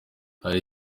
hari